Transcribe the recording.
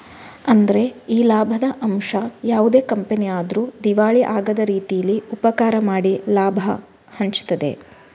ಅಂದ್ರೆ ಈ ಲಾಭದ ಅಂಶ ಯಾವುದೇ ಕಂಪನಿ ಆದ್ರೂ ದಿವಾಳಿ ಆಗದ ರೀತೀಲಿ ಉಪಕಾರ ಮಾಡಿ ಲಾಭ ಹಂಚ್ತದೆ